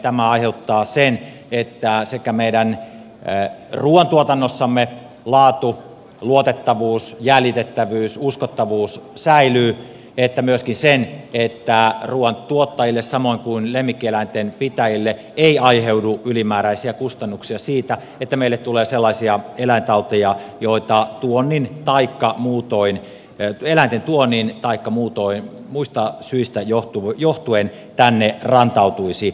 tämä aiheuttaa sekä sen että meidän ruuantuotannossamme laatu luotettavuus jäljitettävyys uskottavuus säilyy että myöskin sen että ruuantuottajille samoin kuin lemmikkieläinten pitäjille ei aiheudu ylimääräisiä kustannuksia siitä että meille tulee sellaisia eläintauteja joita tuonnin taikka muutoin ei vielä eläinten tuonnista taikka muista syistä johtuen tänne rantautuisi